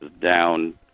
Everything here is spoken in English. down